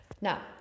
Now